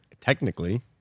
technically